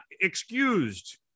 excused